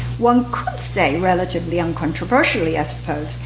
one could say relatively uncontroversially, i suppose,